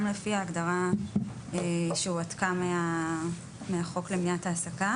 לפי ההגדרה שהועתקה מהחוק למניעת העסקה